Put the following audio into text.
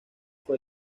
fue